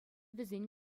вӗсен